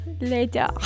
later